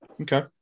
Okay